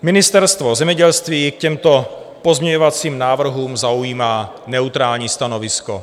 Ministerstvo zemědělství k těmto pozměňovacím návrhům zaujímá neutrální stanovisko.